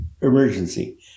emergency